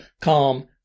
calm